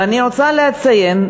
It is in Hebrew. ואני רוצה לציין,